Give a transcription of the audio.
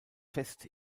fest